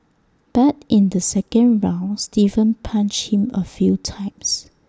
but in the second round Steven punched him A few times